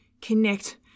connect